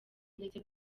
ndetse